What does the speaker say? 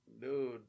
dude